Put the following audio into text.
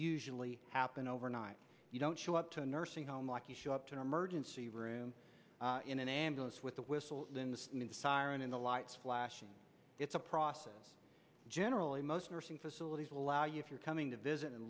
usually happen overnight you don't show up to a nursing home like you show up to an emergency room in an ambulance with a whistle siren in the lights flashing it's a process generally most nursing facilities allow you're coming to visit and